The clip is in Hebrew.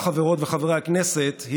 חברות וחברי הכנסת,